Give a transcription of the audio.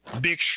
Big